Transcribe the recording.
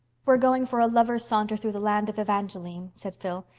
we're going for a lovers' saunter through the land of evangeline, said phil,